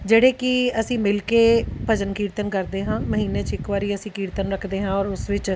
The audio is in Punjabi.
ਜਿਹੜੇ ਕਿ ਅਸੀਂ ਮਿਲ ਕੇ ਭਜਨ ਕੀਰਤਨ ਕਰਦੇ ਹਾਂ ਮਹੀਨੇ 'ਚ ਇੱਕ ਵਾਰੀ ਅਸੀਂ ਕੀਰਤਨ ਰੱਖਦੇ ਹਾਂ ਔਰ ਉਸ ਵਿੱਚ